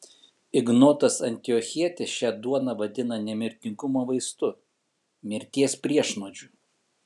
ignotas antiochietis šią duoną vadina nemirtingumo vaistu mirties priešnuodžiu